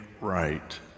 right